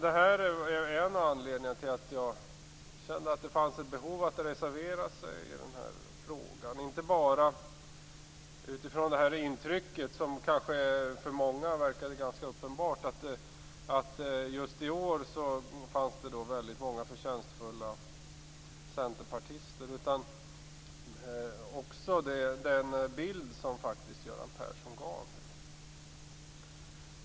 Detta är en av anledningarna till att jag kände ett behov av att få reservera mig i frågan. Det var inte bara intrycket att det just i år fanns många förtjänstfulla centerpartister utan också den bild som Göran Persson faktiskt gav.